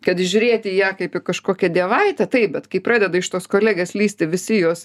kad žiūrėti į ją kaip į kažkokią dievaitę taip bet kai pradeda iš tos kolegės lįsti visi jos